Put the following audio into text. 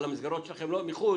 על המסגרות שלכם מחוץ,